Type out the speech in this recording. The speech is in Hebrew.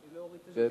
תודה.